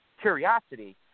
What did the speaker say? curiosity